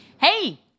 Hey